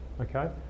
okay